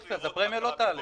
יופי, אז הפרמיה לא תעלה.